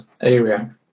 area